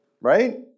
right